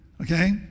okay